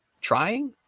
trying